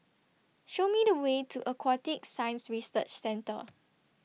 Show Me The Way to Aquatic Science Research Centre